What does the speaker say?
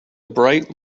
bright